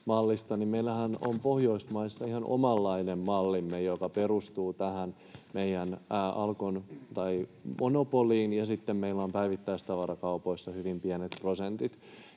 meillähän on Pohjoismaissa ihan omanlainen mallimme, joka perustuu tähän meidän Alkon monopoliin, ja sitten meillä on päivittäistavarakaupoissa hyvin pienet prosentit.